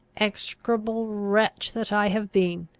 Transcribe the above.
execrable wretch that i have been!